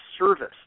service